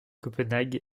copenhague